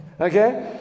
Okay